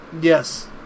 Yes